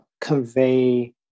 convey